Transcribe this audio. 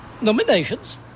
Nominations